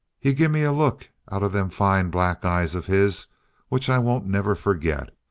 he gimme a look out of them fine black eyes of his which i won't never forget.